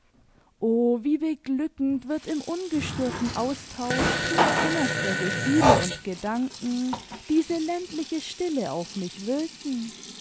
o wie beglückend wird im ungestörten austausch tiefinnerster gefühle und gedanken diese ländliche stille auf mich wirken